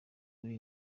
kuri